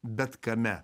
bet kame